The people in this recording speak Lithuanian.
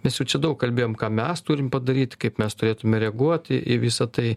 mes jau čia daug kalbėjom ką mes turim padaryti kaip mes turėtume reaguoti į visa tai